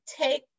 take